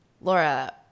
Laura